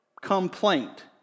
complaint